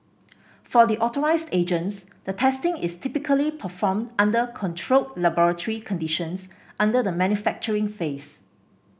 for the authorised agents the testing is typically performed under controlled laboratory conditions under the manufacturing phase